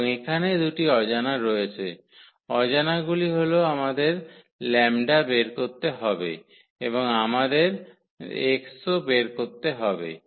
এবং এখানে দুটি অজানা রয়েছে অজানাগুলি হল আমাদের 𝜆 বের করতে হবে এবং আমাদের x ও বের করতে হবে